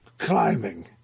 climbing